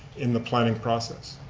in the planning process.